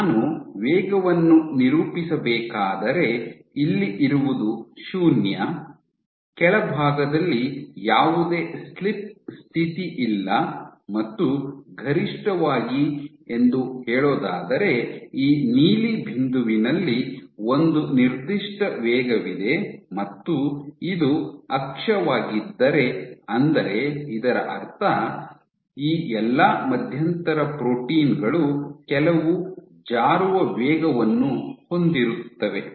ನಾನು ವೇಗವನ್ನು ನಿರೂಪಿಸಬೇಕಾದರೆ ಇಲ್ಲಿ ಇರುವುದು ಶೂನ್ಯ ಕೆಳಭಾಗದಲ್ಲಿ ಯಾವುದೇ ಸ್ಲಿಪ್ ಸ್ಥಿತಿ ಇಲ್ಲ ಮತ್ತು ಗರಿಷ್ಠವಾಗಿ ಎಂದು ಹೇಳೋದಾದರೆ ಈ ನೀಲಿ ಬಿಂದುವಿನಲ್ಲಿ ಒಂದು ನಿರ್ದಿಷ್ಟ ವೇಗವಿದೆ ಮತ್ತು ಇದು ಅಕ್ಷವಾಗಿದ್ದರೆ ಅಂದರೆ ಇದರ ಅರ್ಥ ಈ ಎಲ್ಲಾ ಮಧ್ಯಂತರ ಪ್ರೋಟೀನ್ ಗಳು ಕೆಲವು ಜಾರುವ ವೇಗವನ್ನು ಹೊಂದಿರುತ್ತವೆ